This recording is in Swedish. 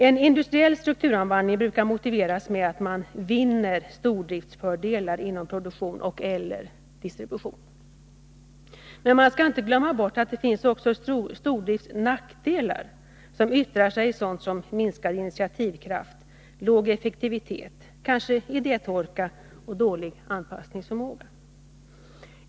En industriell strukturomvandling brukar motiveras med att man vinner stordriftsfördelar inom produktion och/eller distribution. Men man skall inte glömma bort att det finns också stordriftsnackdelar, som yttrar sig i sådant som minskad initiativkraft, låg effektivitet, idétorka och dålig anpassningsförmåga.